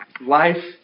Life